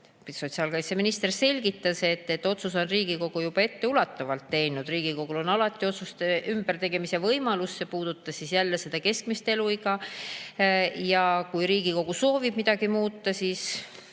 Sotsiaalkaitseminister selgitas, et otsuse on Riigikogu juba etteulatuvalt teinud. Riigikogul on alati otsuste ümbertegemise võimalus. See puudutas siis jälle seda keskmist eluiga. Kui Riigikogu soovib midagi muuta, siis